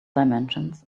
dimensions